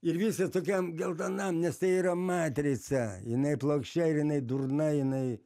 ir visa tokiam geltonam nes tai yra matrica jinai plokščia ir jinai durna jinai